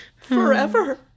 forever